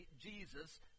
Jesus